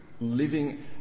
living